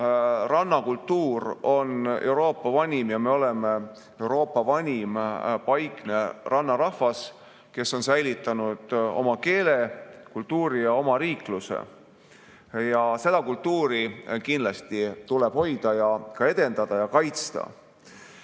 rannakultuur on Euroopa vanim ja me oleme Euroopa vanim paikne rannarahvas, kes on säilitanud oma keele, kultuuri ja omariikluse. Seda kultuuri kindlasti tuleb hoida, edendada ja kaitsta.